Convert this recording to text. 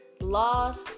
loss